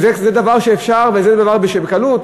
זה דבר שאפשר וזה דבר שבקלות?